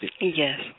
Yes